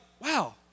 wow